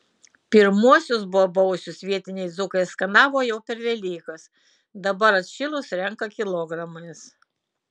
pirmuosius bobausius vietiniai dzūkai skanavo jau per velykas dabar atšilus renka kilogramais